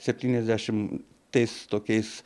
septyniasdešimtais tokiais